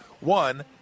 One